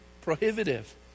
prohibitive